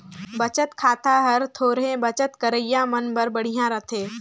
बचत खाता हर थोरहें बचत करइया मन बर बड़िहा रथे